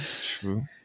True